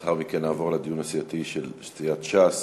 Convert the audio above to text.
לאחר מכן נעבור לדיון הסיעתי של סיעת ש"ס.